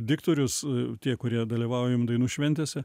diktorius tie kurie dalyvaujam dainų šventėse